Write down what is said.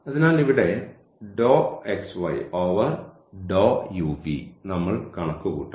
അതിനാൽ ഇവിടെ നമ്മൾ കണക്കുകൂട്ടണം